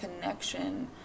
connection